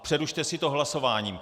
Přerušte si to hlasováním.